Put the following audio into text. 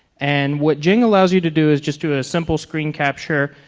and what jing allows you to do is just do a simple screen capture.